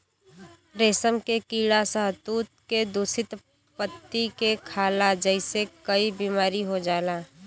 रेशम के कीड़ा शहतूत के दूषित पत्ती के खाला जेसे कई बीमारी हो जाला